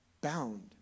bound